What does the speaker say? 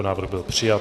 Návrh byl přijat.